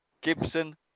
Gibson